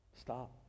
Stop